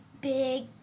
big